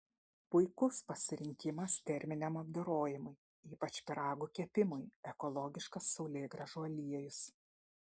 puikus pasirinkimas terminiam apdorojimui ypač pyragų kepimui ekologiškas saulėgrąžų aliejus